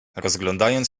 rozglądając